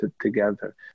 together